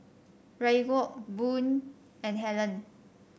Raekwon Boone and Hellen